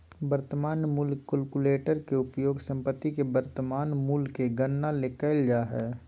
वर्तमान मूल्य कलकुलेटर के उपयोग संपत्ति के वर्तमान मूल्य के गणना ले कइल जा हइ